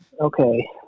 okay